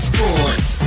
Sports